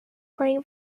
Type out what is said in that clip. playing